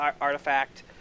artifact